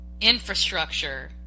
infrastructure